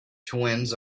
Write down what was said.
twins